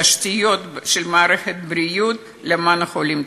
תשתיות של מערכת בריאות למען החולים.